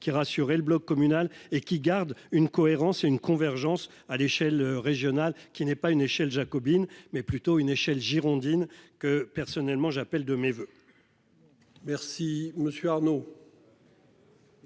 qui rassurent le bloc communal et qui garde une cohérence et une convergence à l'échelle régionale qui n'est pas une échelle jacobine mais plutôt une échelle girondine que personnellement j'appelle de mes voeux.